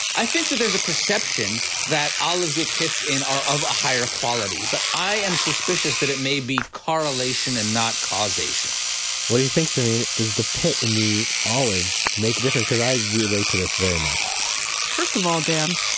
i think that there's a perception that olives with pits in are of a higher quality, but i am suspicious that it may be correlation and not causation what do you think, samin? does the pit in the olive make a difference? because i relate to this very much first of all, dan,